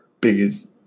biggest